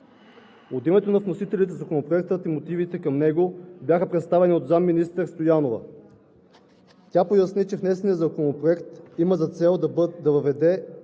От името на вносителите Законопроектът и мотивите към него бяха представени от заместник-министър Стоянова. Тя поясни, че внесеният законопроект има за цел да въведе